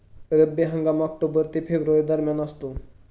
रब्बी हंगाम ऑक्टोबर ते फेब्रुवारी दरम्यान असतो